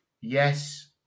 Yes